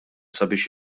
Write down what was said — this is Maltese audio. sabiex